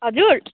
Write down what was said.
हजुर